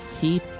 keep